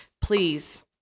please